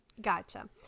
Gotcha